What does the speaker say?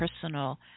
personal